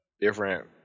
different